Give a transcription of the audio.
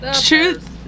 Truth